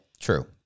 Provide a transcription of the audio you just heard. True